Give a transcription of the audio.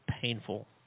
painful